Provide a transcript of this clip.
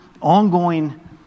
ongoing